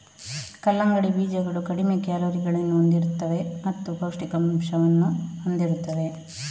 ಕಲ್ಲಂಗಡಿ ಬೀಜಗಳು ಕಡಿಮೆ ಕ್ಯಾಲೋರಿಗಳನ್ನು ಹೊಂದಿರುತ್ತವೆ ಮತ್ತು ಪೌಷ್ಠಿಕಾಂಶವನ್ನು ಹೊಂದಿರುತ್ತವೆ